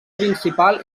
principal